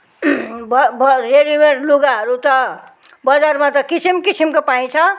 अब अब रेडिमेड लुगाहरू त बजारमा त किसिम किसिमको पाइन्छ